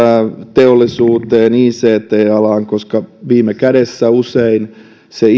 teollisuuteen ict alaan koska viime kädessä usein se